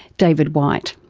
david white.